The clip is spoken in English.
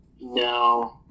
No